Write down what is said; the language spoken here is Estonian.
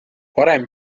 varem